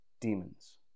demons